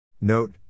Note